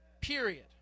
period